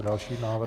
Další návrh.